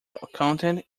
accountant